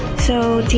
so,